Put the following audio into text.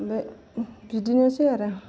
बे बिदिनोसै आरो